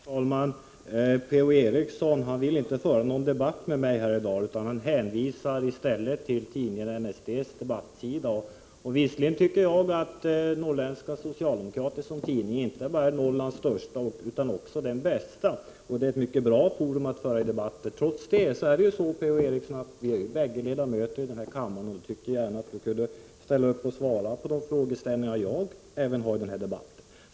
Herr talman! Per-Ola Eriksson vill inte föra någon debatt med mig här i dag, utan han hänvisar till tidningen NSD:s debattsida. Visserligen tycker jag att Norrländska Socialdemokraten, inte bara Norrlands största utan också Norrlands bästa tidning, är ett mycket bra forum för en debatt. Trots allt är ju vi, Per-Ola Eriksson, ledamöter av denna kammare. Då tycker jag att man kan ställa upp och svara på också de frågor som jag ställer i denna debatt.